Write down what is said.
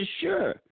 sure